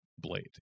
Blade